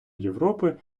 європи